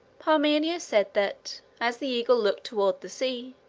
parmenio said that, as the eagle looked toward the sea,